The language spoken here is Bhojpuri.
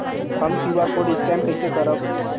हम क्यू.आर कोड स्कैन कइसे करब?